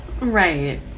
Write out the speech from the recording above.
right